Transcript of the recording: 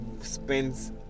spends